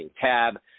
tab